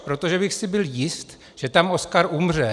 Protože bych si byl jist, že tam Oskar umře.